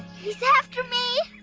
he's after me.